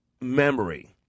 memory